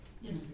Yes